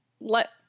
let